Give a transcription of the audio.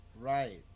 right